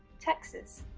texas,